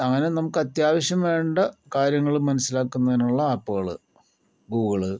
അങ്ങനെ നമുക്ക് അത്യാവശ്യം വേണ്ട കാര്യങ്ങള് മനസ്സിലാക്കുന്നതിനുള്ള ആപ്പുകള് ഗൂഗിള്